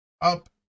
up